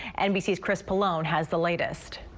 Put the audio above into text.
nbc's chris pollone has the latest.